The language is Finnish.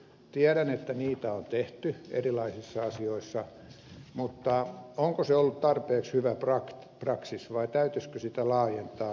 tiedän että niitä on tehty erilaisissa asioissa mutta onko se ollut tarpeeksi hyvä praksis vai täytyisikö sitä laajentaa